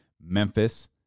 Memphis